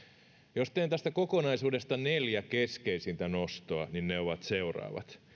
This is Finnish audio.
jos teen tästä kokonaisuudesta neljä keskeisintä nostoa niin ne ovat seuraavat